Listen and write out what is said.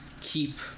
keep